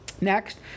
Next